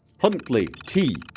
huntley t.